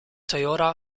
toyota